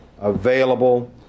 available